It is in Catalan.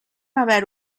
haver